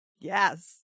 Yes